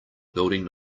building